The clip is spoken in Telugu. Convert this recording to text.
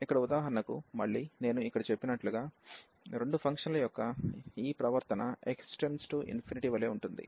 ఇక్కడ ఉదాహరణకు మళ్ళీ నేను ఇక్కడ చెప్పినట్లుగా రెండు ఫంక్షన్ల యొక్క ఈ ప్రవర్తన x→∞వలె ఉంటుంది